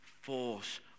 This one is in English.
force